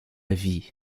vie